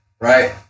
right